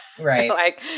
Right